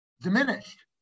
diminished